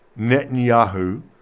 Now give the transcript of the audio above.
Netanyahu